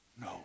No